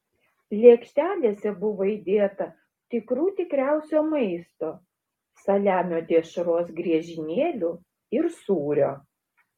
lėkštelėse buvo įdėta tikrų tikriausio maisto saliamio dešros griežinėlių ir sūrio